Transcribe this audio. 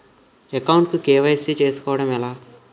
Account కు KYC చేసుకోవడం ఎలా?